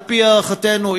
על-פי הערכתנו,